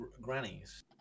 grannies